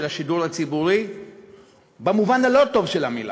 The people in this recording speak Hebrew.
השידור הציבורי במובן הלא-טוב של המילה,